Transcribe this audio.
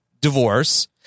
divorce